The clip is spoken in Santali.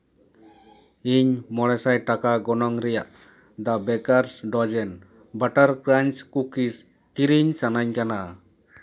ᱤᱧ ᱢᱚᱬᱮ ᱥᱟᱭ ᱴᱟᱠᱟ ᱜᱚᱱᱚᱝ ᱨᱮᱭᱟᱜ ᱫᱟ baker's dozen butter crunch cookies ᱠᱤᱨᱤᱧ ᱥᱟᱱᱟᱧ ᱠᱟᱱᱟ